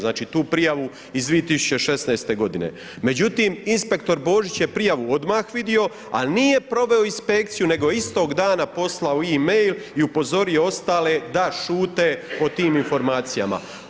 Znači tu prijavu iz 2016. g., međutim inspektor Božić je prijavu odmah vidio ali nije proveo inspekciju nego je istog dana poslao e-mail i upozorio ostale da šute o tim informacijama.